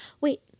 Wait